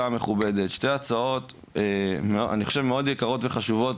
המכובדת שתי הצעות מאוד יקרות וחשובות,